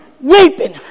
weeping